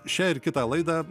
šią ir kitą laidą